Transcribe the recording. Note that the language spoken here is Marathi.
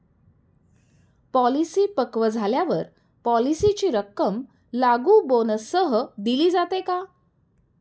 पॉलिसी पक्व झाल्यावर पॉलिसीची रक्कम लागू बोनससह दिली जाते का?